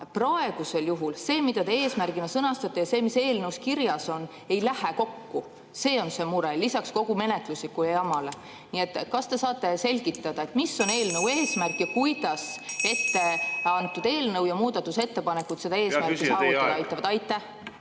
peres. Praegusel juhul see, mida te eesmärgina sõnastate, ja see, mis eelnõus kirjas on, ei lähe kokku. See on see mure lisaks kogu menetluslikule jamale. Nii et kas te saate selgitada, mis on eelnõu eesmärk ja kuidas eelnõu ja muudatusettepanekud seda eesmärki aitavad saavutada? Aitäh,